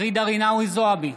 ג'ידא רינאוי זועבי,